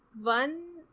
one